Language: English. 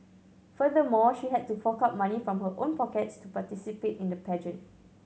furthermore she had to fork out money from her own pockets to participate in the pageant